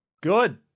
Good